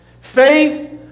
faith